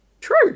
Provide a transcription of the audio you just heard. true